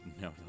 no